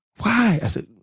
why? i said,